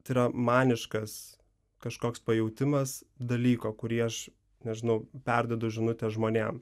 tai yra maniškas kažkoks pajautimas dalyko kurį aš nežinau perduodu žinutę žmonėm